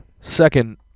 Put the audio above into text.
second